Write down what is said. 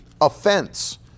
offense